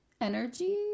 energy